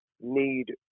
need